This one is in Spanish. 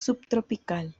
subtropical